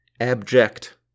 abject